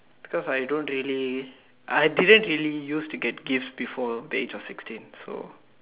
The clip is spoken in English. because I don't really I didn't really used to get gifts before the age of sixteen so